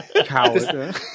Coward